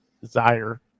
Desire